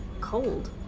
cold